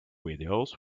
videos